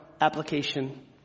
application